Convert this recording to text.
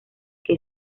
que